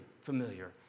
familiar